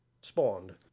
spawned